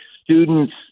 students